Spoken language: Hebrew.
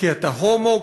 כי אתה הומו,